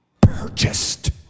purchased